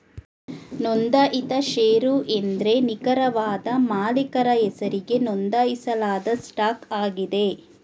ನೊಂದಾಯಿತ ಶೇರು ಎಂದ್ರೆ ನಿಖರವಾದ ಮಾಲೀಕರ ಹೆಸರಿಗೆ ನೊಂದಾಯಿಸಲಾದ ಸ್ಟಾಕ್ ಆಗಿದೆ